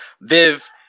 Viv